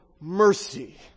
mercy